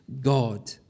god